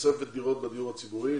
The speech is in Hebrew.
תוספת דירות בדיור הציבורי,